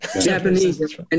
Japanese